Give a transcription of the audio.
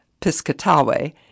Piscataway